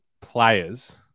players